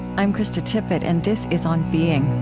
i'm krista tippett, and this is on being